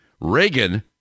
Reagan